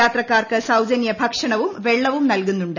യാത്രക്കാർക്ക് സൌജന്യ ഭക്ഷണവും വെള്ളവും നൽകുന്നുണ്ട്